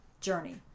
journey